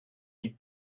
niet